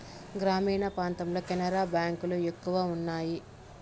గ్రామీణ ప్రాంతాల్లో కెనరా బ్యాంక్ లు ఎక్కువ ఉన్నాయి